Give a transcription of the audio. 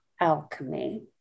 alchemy